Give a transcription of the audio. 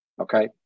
Okay